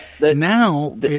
now